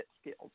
skills